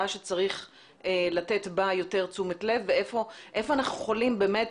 שצריך לתת בה יותר תשומת לב והיכן אנחנו יכולים באמת